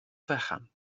fechan